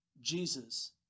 Jesus